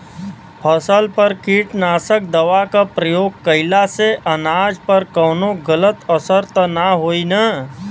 फसल पर कीटनाशक दवा क प्रयोग कइला से अनाज पर कवनो गलत असर त ना होई न?